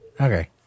Okay